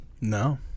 No